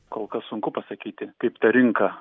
kol kas sunku pasakyti kaip ta rinka